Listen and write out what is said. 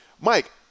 Mike